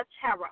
terror